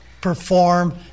perform